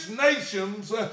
nations